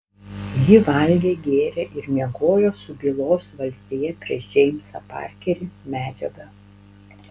ji valgė gėrė ir miegojo su bylos valstija prieš džeimsą parkerį medžiaga